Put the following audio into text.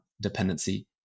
dependency